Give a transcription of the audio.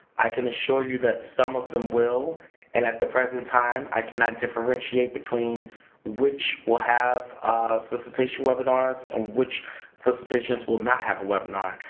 i can assure you that some of them will and at the present time, i cannot differentiate between which will have a solicitation webinar and which solicitations will not have a webinar.